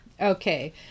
Okay